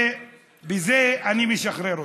ובזה אני משחרר אתכם,